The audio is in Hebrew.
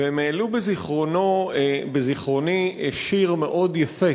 והם העלו בזיכרוני שיר מאוד יפה